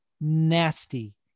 nasty